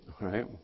Right